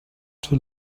too